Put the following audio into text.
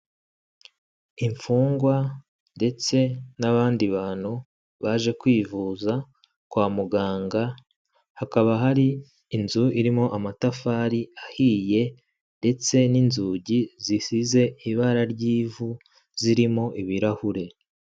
Imfungwa ndetse n'abandi bantu baje kwivuza kwa muganga, hakaba hari inzu irimo amatafari ahiye ndetse n'inzugi zisize ibara ry'ivu zirimo ibirahure.